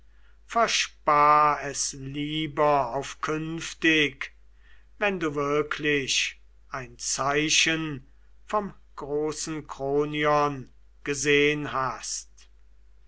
es lieber auf künftig wenn du wirklich ein zeichen vom großen kronion gesehn hast